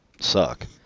suck